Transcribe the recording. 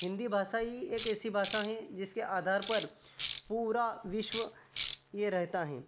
हिन्दी भाषा ही एक ऐसी भाषा है जिसके आधार पर पूरा विश्व ये रहता है